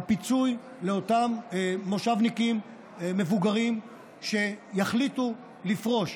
הפיצוי לאותם מושבניקים מבוגרים שיחליטו לפרוש,